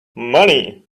money